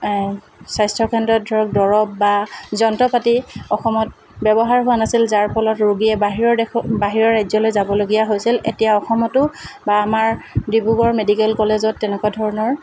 স্বাস্থ্যকেন্দ্ৰত ধৰক দৰৱ বা যন্ত্ৰ পাতি অসমত ব্যৱহাৰ হোৱা নাছিল যাৰ ফলত ৰোগীয়ে বাহিৰৰ দেশত বাহিৰৰ ৰাজ্যলৈ যাবলগীয়া হৈছিল এতিয়া অসমতো বা আমাৰ ডিব্ৰুগড় মেডিকেল কলেজত তেনেকুৱা ধৰণৰ